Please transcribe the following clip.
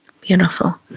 Beautiful